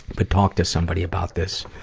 but talk to somebody about this,